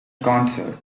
concert